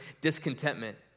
discontentment